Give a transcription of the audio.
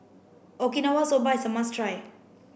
Okinawa soba is a must try